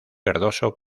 verdoso